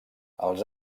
els